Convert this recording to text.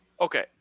Okay